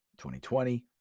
2020